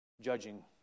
judging